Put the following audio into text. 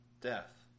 death